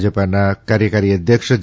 ભાજપાના કાર્યકારી અધ્યક્ષ જે